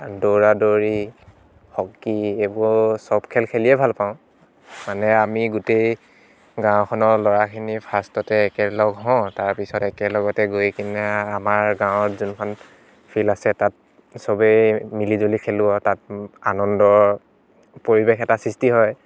দৌৰা দৌৰি হকী এইবোৰ চব খেল খেলিয়ে ভাল পাওঁ মানে আমি গোটেই গাওঁখনৰ ল'ৰাখিনি ফাৰ্ষ্টতে একেলগ হওঁ তাৰ পিছত একেলগতে গৈ কিনে আমাৰ গাঁৱত যোনখন ফিল্ড আছে তাত চবেই মিলিজুলি খেলোঁ আৰু তাত আনন্দৰ পৰিৱেশ এটা সৃষ্টি হয়